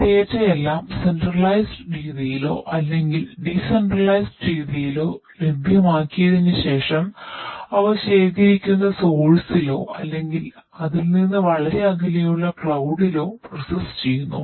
ഈ ഡാറ്റയെല്ലാം ചെയ്യുന്നു